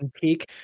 peak